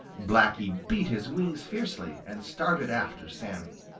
blacky beat his wings fiercely and started after sammy.